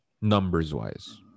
numbers-wise